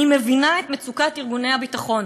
אני מבינה את מצוקת ארגוני הביטחון,